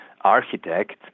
architect